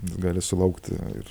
gali sulaukti ir